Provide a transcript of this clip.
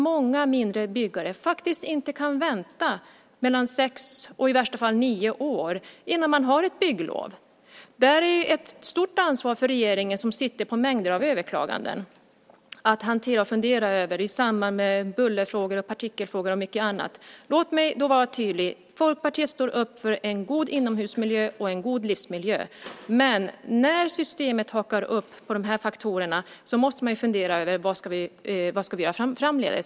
Många mindre byggare kan faktiskt inte vänta mellan sex och i värsta fall nio år innan de har ett bygglov. Det är ett stort ansvar för regeringen, som sitter på mängder av överklaganden att hantera och fundera över i samband med bullerfrågor, partikelfrågor och mycket annat. Låt mig vara tydlig. Folkpartiet står upp för en god inomhusmiljö och en god livsmiljö, men när systemet hakar upp sig på de här faktorerna måste man fundera över vad vi ska göra framdeles.